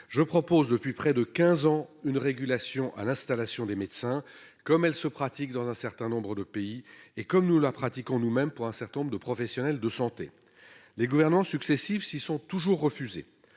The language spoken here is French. je propose depuis près de 15 ans une régulation à l'installation des médecins comme elle se pratique dans un certain nombre de pays et comme nous la pratiquons nous même pour un certain nombre de professionnels de santé, les gouvernements successifs s'y sont toujours refusés